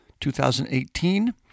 2018